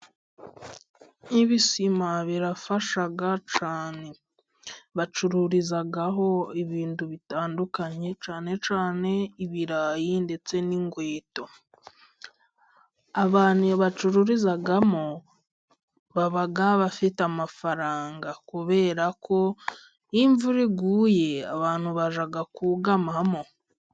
Nk'ibisima birafasha cyane ,bacururizaho ibintu bitandukanye ,cyane cyane ibirayi ndetse n'imbuto, abantu bacururizamo baba bafite amafaranga kubera ko ,iyo imvura iguye abantu bajya kugamamo.